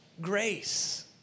grace